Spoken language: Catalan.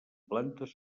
plantes